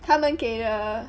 他们给的